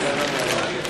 אל תגער בי,